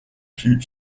fut